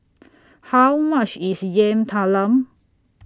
How much IS Yam Talam